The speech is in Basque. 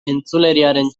entzuleriaren